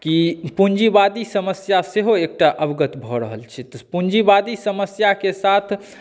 कि पुंजीवादी समस्या सेहो एकटा अवगत भऽ रहल छै पूंजीवादी समस्याके साथ